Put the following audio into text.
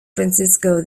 francisco